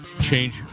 change